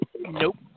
Nope